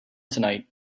tonight